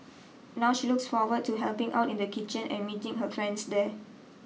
now she looks forward to helping out in the kitchen and meeting her friends there